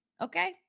Okay